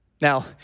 Now